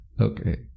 Okay